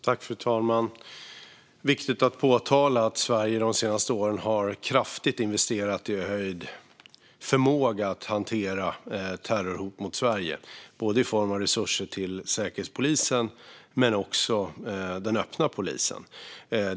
Fru talman! Det är viktigt att påpeka att Sverige under de senaste åren har investerat kraftigt i höjd förmåga att hantera terrorhot mot Sverige i form av resurser till både Säkerhetspolisen och den öppna polisen.